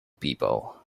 people